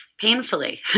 Painfully